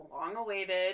long-awaited